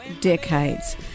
decades